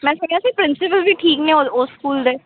ਮੈਂ ਸੁਣਿਆ ਸੀ ਪ੍ਰਿੰਸੀਪਲ ਵੀ ਠੀਕ ਨੇ ਉਸ ਸਕੂਲ ਦੇ